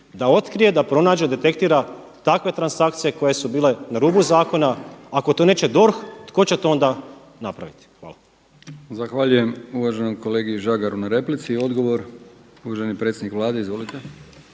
da otkrije, da pronađe, detektira takve transakcije koje su bile na rubu zakona? Ako to neće DORH, tko će to onda napraviti? Hvala. **Brkić, Milijan (HDZ)** Zahvaljujem uvaženom kolegi Žagaru na replici. Odgovor uvaženi predsjednik Vlade. Izvolite.